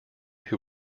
who